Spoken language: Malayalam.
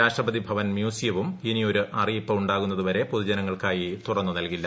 രാഷ്ട്രപതി ഭവൻ മ്യൂസിയവും ഇനിയൊരു അറിയിപ്പ് ഉാകുന്നതുവരെ പൊതുജനങ്ങൾക്കായി തുറന്നു നൽകില്ല